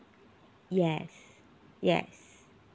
yes yes